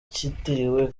kitiriwe